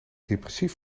depressief